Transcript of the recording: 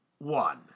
One